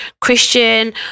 Christian